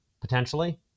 potentially